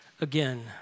again